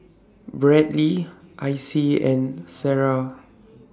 Bradly Icy and Sarrah